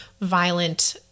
violent